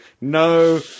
No